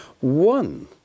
one